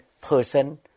person